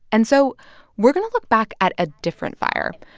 and so we're going to look back at a different fire,